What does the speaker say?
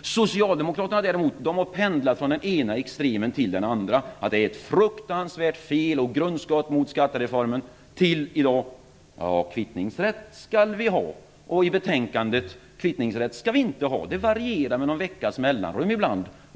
Socialdemokraterna, däremot, har pendlat från den ena extremen till den andra. De har sagt att kvittningsrätt är fruktansvärt fel och ett grundskott mot skattereformen tills i dag, då de säger att det skall finnas kvittningsrätt. I betänkandet står det att vi inte skall ha kvittningsrätt.